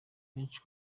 benshi